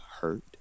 hurt